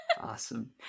awesome